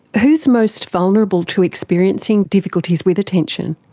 who is most vulnerable to experiencing difficulties with attention?